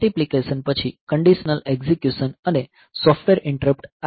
multiplication પછી conditional execution અને software interrupt